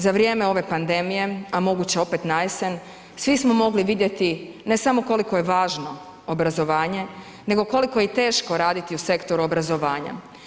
Za vrijeme ove pandemije, a moguće opet najesen, svi smo mogli vidjeti, ne samo koliko je važno obrazovanje, nego koliko je i teško raditi u sektoru obrazovanja.